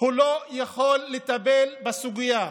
לא יכול לטפל בסוגיה.